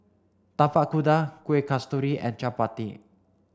Tapak Kuda Kuih Kasturi and Chappati